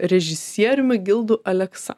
režisieriumi gildu aleksa